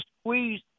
squeeze